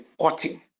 cutting